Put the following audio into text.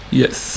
yes